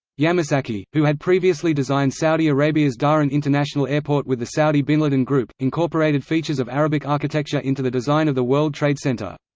yamasaki, who had previously designed saudi arabia's dhahran international airport with the saudi binladin group, incorporated features of arabic architecture into the design of the world trade center.